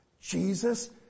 Jesus